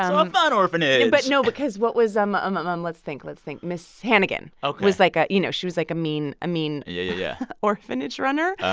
um fun orphanage and but no, because what was um um um um let's think, let's think. miss hannigan was, like, a you know, she was, like, a mean a mean yeah yeah orphanage runner.